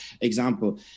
example